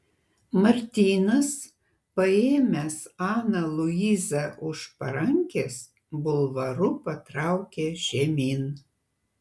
martynas paėmęs aną luizą už parankės bulvaru patraukė žemyn